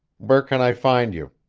where can i find you?